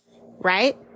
right